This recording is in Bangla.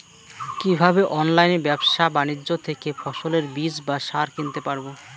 কীভাবে অনলাইন ব্যাবসা বাণিজ্য থেকে ফসলের বীজ বা সার কিনতে পারবো?